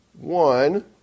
one